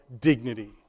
dignity